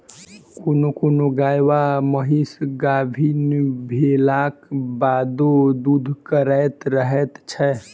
कोनो कोनो गाय वा महीस गाभीन भेलाक बादो दूध करैत रहैत छै